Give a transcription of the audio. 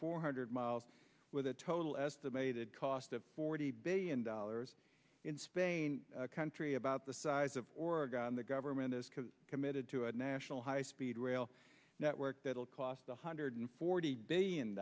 four hundred miles with a total estimated cost of forty billion dollars in spain country about the size of oregon the government is committed to a national high speed rail network that will cost one hundred forty billion